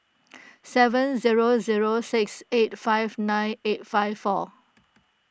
seven zero zero six eight five nine eight five four